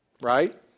Right